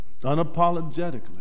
Unapologetically